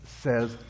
says